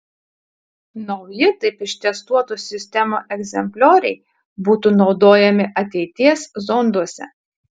nauji taip ištestuotų sistemų egzemplioriai būtų naudojami ateities zonduose